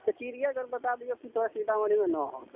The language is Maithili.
चिड़ियेघर कऽ बता दियौ कि तोरा सीतामढ़ी मे न हौ के